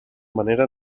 manera